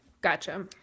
Gotcha